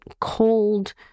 cold